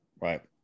Right